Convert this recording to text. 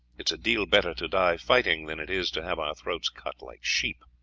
it is a deal better to die fighting than it is to have our throats cut like sheep.